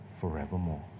forevermore